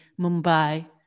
mumbai